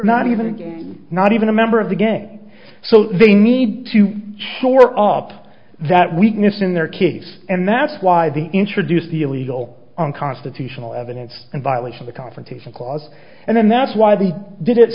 not even not even a member of the gang so they need to shore up that weakness in their case and that's why the introduced the illegal unconstitutional evidence and violation the confrontation clause and then that's why they did it